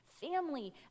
family